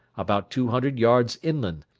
about two hundred yards inland,